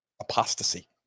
apostasy